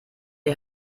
ihr